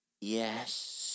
Yes